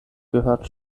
gehörte